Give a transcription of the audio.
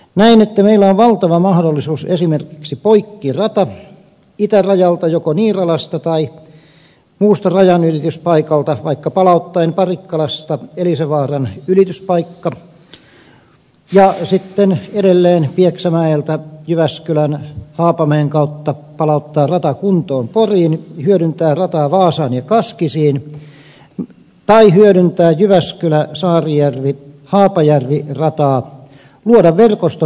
näen että meillä on valtava mahdollisuus esimerkiksi poikkirata itärajalta joko niiralasta tai muulta rajanylityspaikalta vaikka palauttamalla parikkalasta elisenvaaran ylityspaikka ja sitten edelleen pieksämäeltä jyväskylän ja haapamäen kautta palauttaa rata kuntoon poriin hyödyntää rataa vaasaan ja kaskisiin tai hyödyntää jyväskyläsaarijärvihaapajärvi rataa luoda verkostot toimimaan